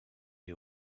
les